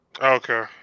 Okay